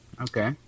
Okay